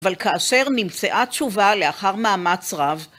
אבל כאשר נמצאה תשובה לאחר מאמץ רב